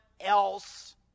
else